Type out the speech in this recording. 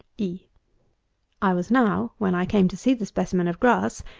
e i was now, when i came to see the specimen of grass,